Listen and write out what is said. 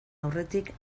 aurretik